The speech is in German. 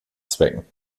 zwecken